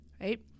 right